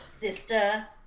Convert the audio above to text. sister